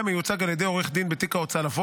השנייה והשלישית.